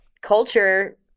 Culture